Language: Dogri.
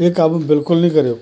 एह् कम्म बिल्कुल निं करेओ